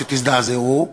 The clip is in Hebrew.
שתזדעזעו,